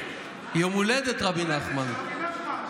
יום הולדת רבי נחמן, סליחה, לא הילולת רבי נחמן.